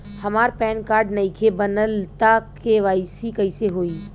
हमार PAN card नईखे बनल त के.वाइ.सी कइसे होई?